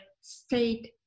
state